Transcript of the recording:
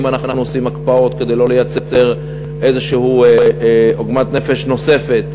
אנחנו עושים הקפאות כדי לא לייצר איזו עוגמת נפש נוספת.